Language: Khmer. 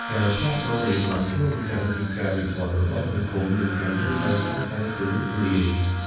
ការផ្លាស់ប្ដូរនេះបានឆ្លុះបញ្ចាំងពីការវិវត្តន៍របស់សង្គម និងការយល់ដឹងកាន់តែទូលំទូលាយ។